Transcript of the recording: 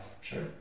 sure